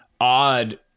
Odd